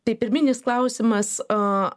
tai pirminis klausimas